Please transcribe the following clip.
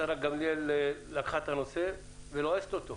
השרה גמליאל לקחה את הנושא ולועסת אותו.